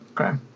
Okay